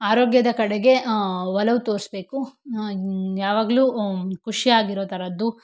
ಆರೋಗ್ಯದ ಕಡೆಗೆ ಒಲವು ತೋರಿಸ್ಬೇಕು ಯಾವಾಗಲೂ ಖುಷಿಯಾಗಿರೊ ಥರದ್ದು